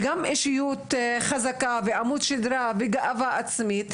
וגם אישיות חזקה ועמוד שדרה וגאווה עצמית,